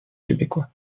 québécois